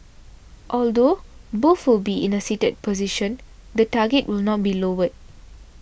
although both will be in a seated position the target will not be lowered